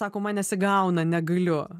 sako man nesigauna negaliu